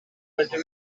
level